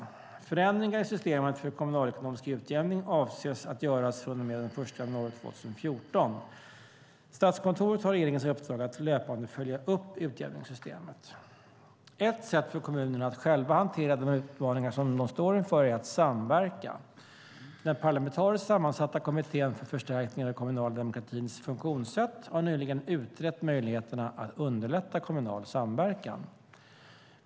Förändringar i systemet för kommunalekonomisk utjämning avses att göras från och med den 1 januari 2014. Statskontoret har regeringens uppdrag att löpande följa upp utjämningssystemet. Ett sätt för kommunerna att själva hantera de utmaningar de står inför är att samverka. Den parlamentariskt sammansatta kommittén för förstärkning av den kommunala demokratins funktionssätt har nyligen utrett möjligheterna att underlätta kommunal samverkan.